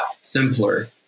simpler